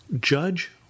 Judge